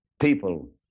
people